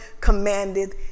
commanded